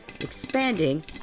expanding